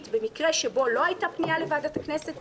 במקרה שבו לא הייתה פנייה לוועדת הכנסת.